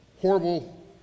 Horrible